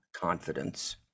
confidence